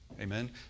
Amen